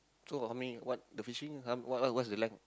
so got how many what the fishing how what what's the length